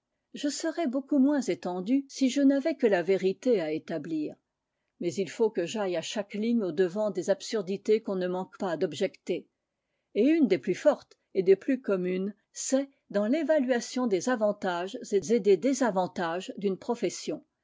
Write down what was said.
je serais beaucoup moins étendu si je n'avais que la vérité à établir mais il faut que j'aille à chaque ligne au-devant des absurdités qu'on ne manque pas d'objecter et une des plus fortes et des plus communes c'est dans l'évaluation des avantages et des désavantages d'une profession